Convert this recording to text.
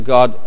God